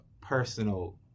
personal